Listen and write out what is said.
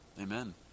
amen